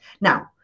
Now